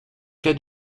cas